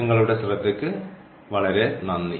നിങ്ങളുടെ ശ്രദ്ധയ്ക്ക് വളരെ നന്ദി